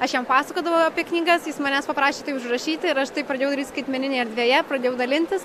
aš jam pasakodavau apie knygas jis manęs paprašė tai užrašyti ir aš tai pradėjau skaitmeninėje erdvėje pradėjau dalintis